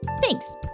Thanks